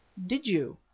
did you?